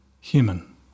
human